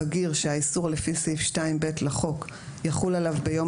בגיר שהאיסור לפי סעיף 2(ב) לחוק יחול עליו ביום